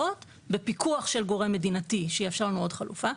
בפיקוח של גורם מדינתי שיאפשר לנו עוד חלופה.